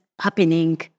happening